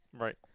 right